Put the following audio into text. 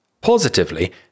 Positively